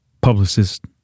publicist